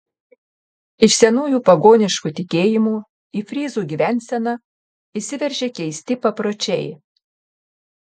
iš senųjų pagoniškų tikėjimų į fryzų gyvenseną įsiveržė keisti papročiai